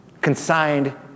Consigned